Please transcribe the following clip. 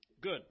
Good